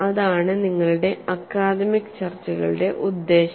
അതാണ് ഞങ്ങളുടെ അക്കാദമിക് ചർച്ചകളുടെ ഉദ്ദേശം